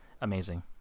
amazing